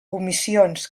omissions